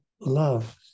love